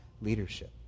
leadership